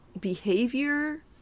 behavior